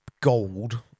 gold